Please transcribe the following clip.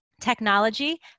technology